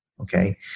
okay